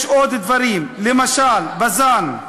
יש עוד דברים, למשל בז"ן,